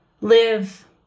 live